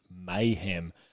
mayhem